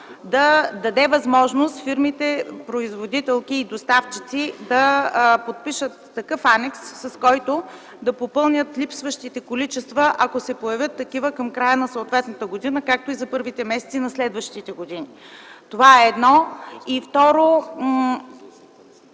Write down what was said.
да даде възможност фирмите производителки и доставчици да подпишат такъв анекс, с който да попълнят липсващите количества, ако се появят такива към края на съответната година, както и за първите месеци на следващата година? Това – едно. Второ,